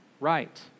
right